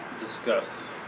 discuss